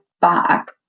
back